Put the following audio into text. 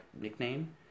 nickname